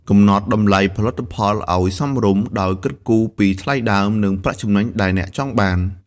កំណត់តម្លៃផលិតផលឱ្យសមរម្យ ដោយគិតគូរពីថ្លៃដើម និងប្រាក់ចំណេញដែលអ្នកចង់បាន។